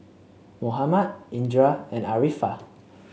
Muhammad Indra and Arifa